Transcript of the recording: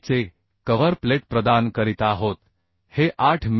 चे cover plate प्रदान करीत आहोत हे 8 मि